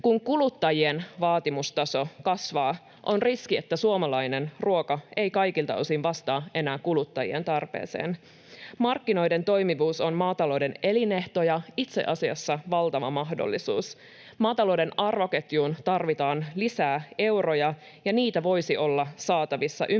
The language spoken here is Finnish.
Kun kuluttajien vaatimustaso kasvaa, on riski, että suomalainen ruoka ei kaikilta osin vastaa enää kuluttajien tarpeeseen. Markkinoiden toimivuus on maatalouden elinehto ja itse asiassa valtava mahdollisuus. Maatalouden arvoketjuun tarvitaan lisää euroja, ja niitä voisi olla saatavissa ympäristökestävistä